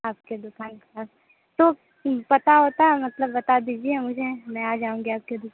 आपके दुकान के पास तो पता वता मतलब बता दीजिए मुझे मैं आ जाऊँगी आपकी दुकान